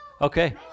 Okay